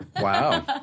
Wow